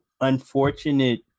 unfortunate